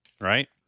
right